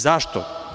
Zašto?